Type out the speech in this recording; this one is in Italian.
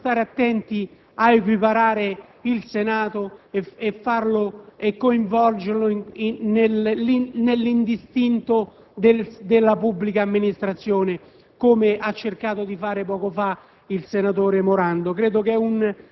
e responsabilità. Dobbiamo stare attenti ad equiparare il Senato e coinvolgerlo nell'indistinto della pubblica amministrazione, come ha cercato di fare poco fa